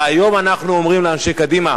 והיום אנחנו אומרים לאנשי קדימה: